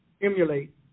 emulate